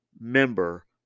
member